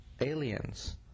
aliens